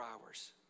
hours